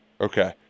Okay